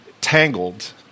Tangled